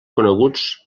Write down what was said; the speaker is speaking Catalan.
coneguts